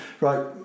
Right